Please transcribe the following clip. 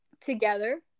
together